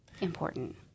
important